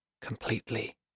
completely